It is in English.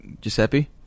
Giuseppe